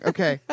Okay